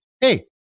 Hey